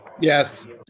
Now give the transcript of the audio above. Yes